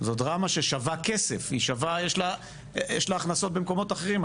זו דרמה ששווה כסף, יש לה הכנסות במקומות אחרים.